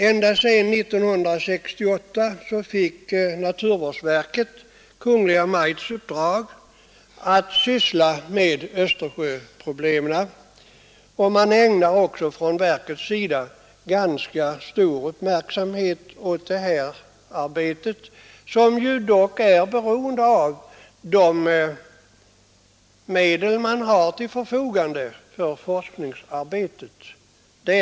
Redan 1968 fick naturvårdsverket Kungl. Maj:ts uppdrag att syssla med Östers öproblemen, och i verket ägnar man nu stor uppmärksamhet åt det arbetet, som dock är helt beroende av vilka medel som ställs till förfogande för forskning på området.